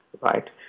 right